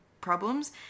problems